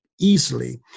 easily